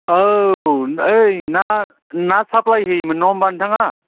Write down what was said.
औ एै ना ना साफ्लाय होयोमोन नङा होनबा नोंथाङा